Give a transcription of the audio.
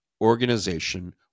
organization